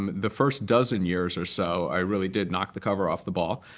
um the first dozen years or so, i really did knock the cover off the ball.